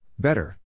Better